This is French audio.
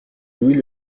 louis